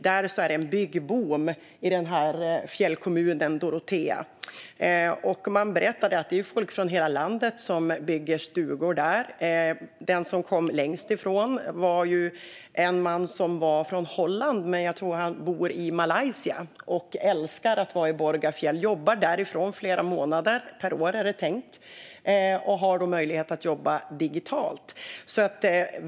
Där, i fjällkommunen Dorotea, är det en byggboom. Man berättade att det är folk från hela landet som bygger stugor där. Den som kom längst ifrån var en man som kommer från Holland men som jag tror bor i Malaysia. Han älskar att vara i Borgafjäll, och han jobbar därifrån flera månader per år - så är det tänkt. Han har alltså möjlighet att jobba digitalt.